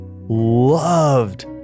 loved